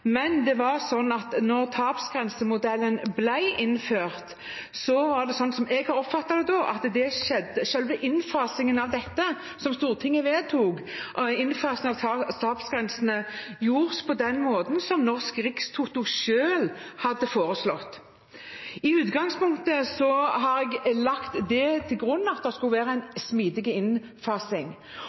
tapsgrensemodellen ble innført, ble, slik jeg har oppfattet det, selve innfasingen av tapsgrensene som Stortinget vedtok, gjort på den måten som Norsk Rikstoto selv hadde foreslått. I utgangspunktet hadde jeg lagt til grunn at det skulle være en smidig innfasing.